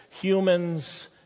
humans